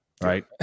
right